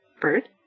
bird